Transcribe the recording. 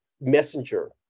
messenger